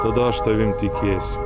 tada aš tavimi tikėsiu